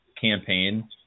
campaign